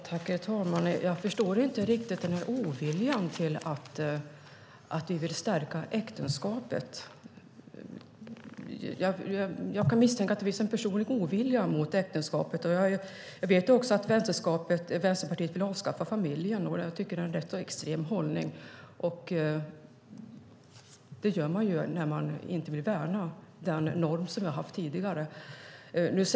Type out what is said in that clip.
Herr talman! Jag förstår inte riktigt oviljan mot att vi vill stärka äktenskapet. Jag kan misstänka att det finns en personlig ovilja mot äktenskapet. Jag vet ju att Vänsterpartiet vill avskaffa familjen, vilket jag tycker är en rätt extrem hållning. Det gör man när man inte vill värna den norm vi haft tidigare.